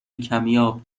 کمیاب